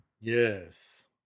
Yes